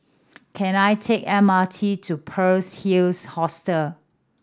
can I take M R T to Pearl's Hills Hostel